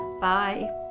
Bye